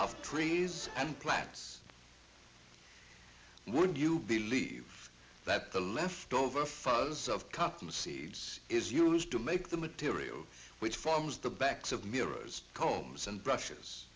of trees and plants would you believe that the leftover from the seeds is used to make the material which forms the backs of mirrors combs and brushes